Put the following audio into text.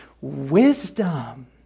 wisdom